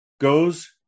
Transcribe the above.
goes